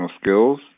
skills